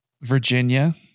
Virginia